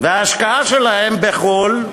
וההשקעה שלהם בחו"ל,